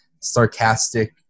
sarcastic